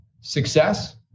Success